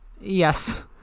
Yes